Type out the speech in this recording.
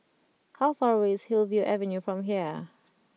how far away is Hillview Avenue from here